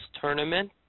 tournament